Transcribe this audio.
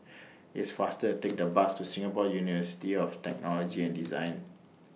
It's faster to Take The Bus to Singapore University of Technology and Design